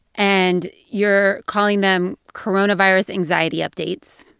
and you're calling them coronavirus anxiety updates.